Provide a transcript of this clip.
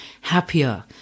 happier